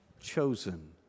Chosen